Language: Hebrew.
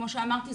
כמו שאמרתי,